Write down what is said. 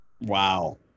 Wow